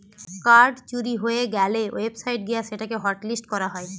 card চুরি হয়ে গ্যালে ওয়েবসাইট গিয়ে সেটা কে হটলিস্ট করা যায়